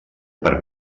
per